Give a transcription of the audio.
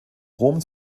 rom